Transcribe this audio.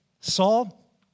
Saul